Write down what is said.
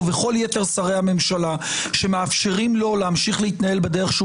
וכל יתר שרי הממשלה שמאפשרים לו להמשיך להתנהל בדרך שהוא